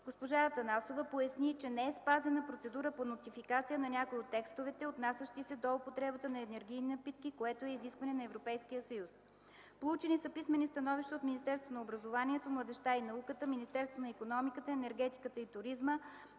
Госпожа Атанасова поясни, че не е спазена процедура по нотификация на някои от текстовете, отнасящи се до употребата на енергийни напитки, което е изискване на Европейския съюз. Получени са писмени становища от Министерство на образованието, младежта и науката, Министерство на икономиката, енергетиката и туризма,